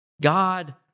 God